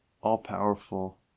all-powerful